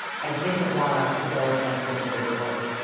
i didn't want us to go against individuals,